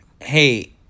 hey